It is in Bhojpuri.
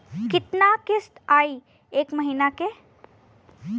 कितना किस्त आई एक महीना के?